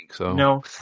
no